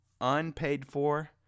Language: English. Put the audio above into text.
unpaid-for